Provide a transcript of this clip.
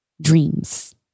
dreams